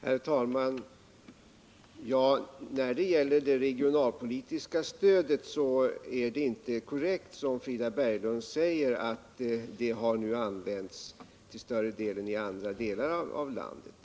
Herr talman! När det gäller det regionalpolitiska stödet är det inte korrekt, som Frida Berglund säger, att det till större delen har använts i andra delar av landet.